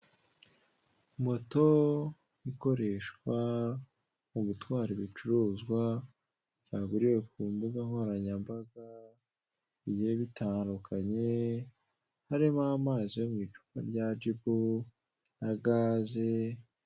Moto ikoreshwa mu gutwara ibicuruzwa byaguriwe ku mbuga nkoranyambaga bigiye bitandukanye harimo amazi yo mu icupa rya jibu na gaze.